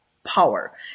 Power